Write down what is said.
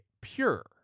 pure